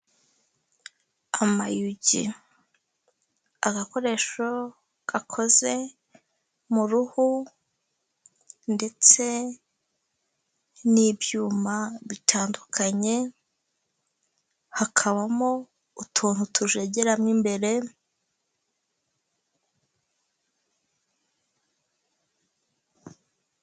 Amayugi, agakoresho gakoze mu ruhu ndetse n'ibyuma bitandukanye, hakabamo utuntu tujegera mo imbere.